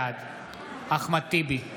בעד אחמד טיבי,